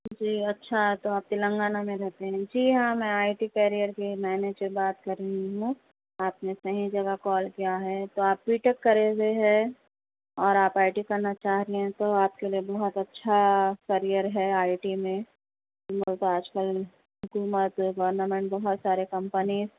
جی اچھا تو آپ تلنگانہ میں رہتے ہیں جی ہاں میں آئی ٹی کیریئر کی مینیجر بات کر رہی ہوں آپ نے صحیح جگہ کال کیا ہے تو آپ بی ٹیک کرے ہوئے ہے اور آپ آئی ٹی کرنا چاہ رہے تو آپ کے لیے بہت اچھا کریر ہے آئی ٹی میں ویسے آج کل حکومت گورنمنٹ نے بہت سارے کمپنی